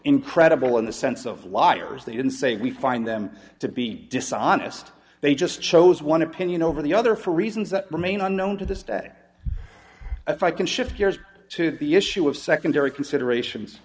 incredible in the sense of liars they didn't say we find them to be dishonest they just chose one opinion over the other for reasons that remain unknown to this day if i can shift gears to the issue of secondary considerations